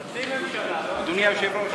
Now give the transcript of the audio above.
חצי ממשלה, לא ממשלה.